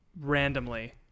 randomly